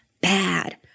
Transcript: bad